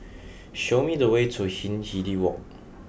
show me the way to Hindhede Walk